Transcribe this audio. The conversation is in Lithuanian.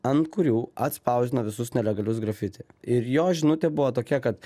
ant kurių atspausdino visus nelegalius grafiti ir jo žinutė buvo tokia kad